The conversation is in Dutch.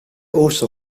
oosten